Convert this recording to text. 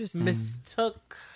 mistook